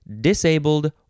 disabled